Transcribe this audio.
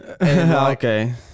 Okay